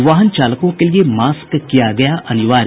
वाहन चालकों के लिए मास्क किया गया अनिवार्य